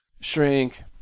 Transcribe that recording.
shrink